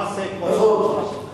לא עושה כמו ראש הממשלה שלך.